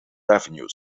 revenue